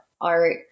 art